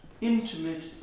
intimate